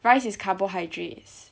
rice is carbohydrates